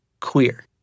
Queer